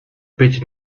bitte